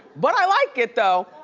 but i like it, though,